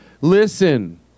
Listen